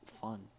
fun